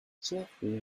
jeffery